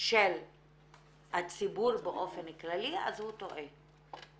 של הציבור באופן כללי, אז הוא טועה.